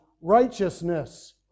righteousness